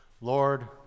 Lord